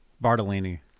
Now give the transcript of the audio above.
Bartolini